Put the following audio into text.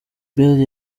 bale